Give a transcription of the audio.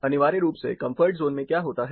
अनिवार्य रूप से कंफर्ट जोन में क्या होता है